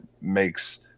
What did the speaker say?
makes